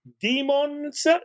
demons